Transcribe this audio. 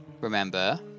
Remember